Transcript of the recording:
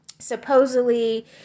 supposedly